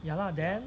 ya lah then